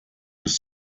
his